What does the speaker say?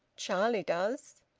charlie does.